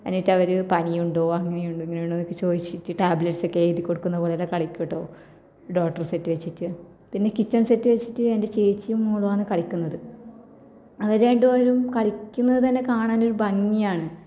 എന്നിട്ടവർ പനിയുണ്ടോ അങ്ങനെയുണ്ടോ ഇങ്ങനെയുണ്ടോന്നൊക്കെ ചോദിച്ചിട്ട് ടാബ്ലെട്സൊക്കെ എഴുതി കൊടുക്കുന്ന പോലെയൊക്കെ കളിക്കും കേട്ടോ ഡോക്ടര് സെറ്റ് വെച്ചിട്ട് പിന്നെ കിച്ചണ് സെറ്റ് വെച്ചിട്ട് എന്റെ ചേച്ചിയും മോളുമാണ് കളിക്കുന്നത് അവർ രണ്ടുപേരും കളിക്കുന്നത് തന്നെ കാണാനൊരു ഭംഗിയാണ്